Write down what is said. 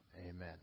Amen